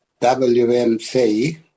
wmc